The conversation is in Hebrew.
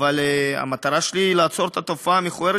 אבל המטרה שלי היא לעצור את התופעה המכוערת